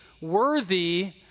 worthy